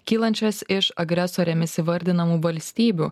kylančias iš agresorėmis įvardinamų valstybių